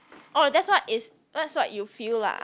or that's what is that's what you feel lah